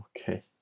okay